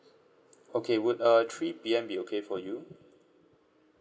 okay would uh three P_M be okay for you